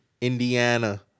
Indiana